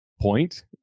point